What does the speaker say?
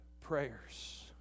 prayers